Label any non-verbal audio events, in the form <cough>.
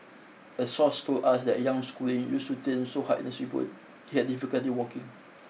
a source told us that young schooling used to <unintelligible> so hard <unintelligible> he had difficulty walking